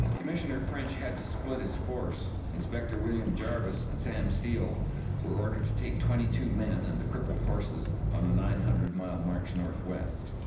commissioner french had to split his force. inspector william jarvis and sam steele were ordered to take twenty two men and the crippled horses on a nine hundred mile march northwest.